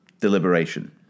deliberation